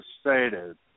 stated